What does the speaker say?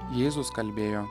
jėzus kalbėjo